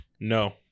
No